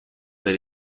del